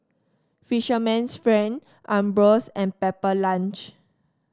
Fisherman's Friend Ambros and Pepper Lunch